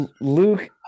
Luke